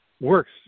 works